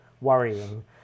worrying